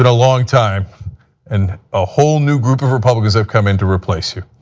but long time and a whole new group of republicans have come in to replace you.